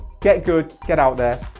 get good, get out there,